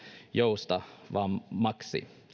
joustavammaksi